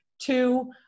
Two